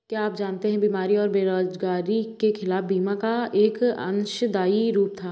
क्या आप जानते है बीमारी और बेरोजगारी के खिलाफ बीमा का एक अंशदायी रूप था?